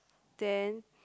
then